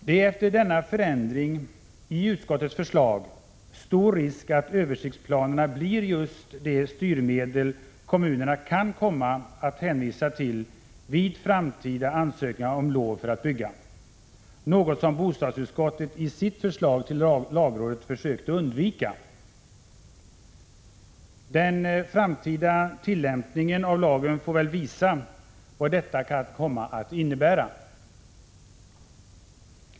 Det är, efter denna förändring i utskottets förslag, stor risk att översiktsplanerna blir just det styrmedel kommunerna kan komma att hänvisa till vid framtida ansökningar om lov att få bygga, något som bostadsutskottet i sitt förslag till lagrådet försökte undvika. Den framtida tillämpningen av lagen får visa vad detta kan komma att innebära.